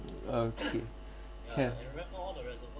uh can